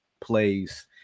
plays